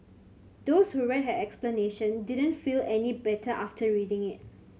those who read her explanation didn't feel any better after reading it